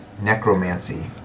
necromancy